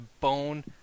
bone